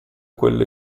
quello